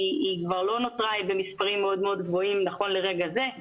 לא נותרה במספרים מאוד גבוהים נכון לרגע זה.